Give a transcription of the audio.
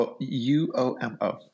U-O-M-O